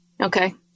Okay